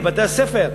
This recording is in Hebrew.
לבתי-הספר.